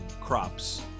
crops